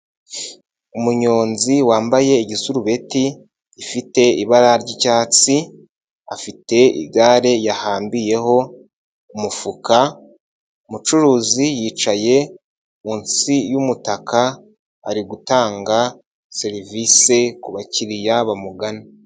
Umunyonzi wambaye igisurubeti gifite ibara ry'icyatsi, afite igare yahambiriyeho umufuka, umucuruzi yicaye munsi y'umutaka ari gutanga serivisi kubakiriya bamugana.